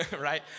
Right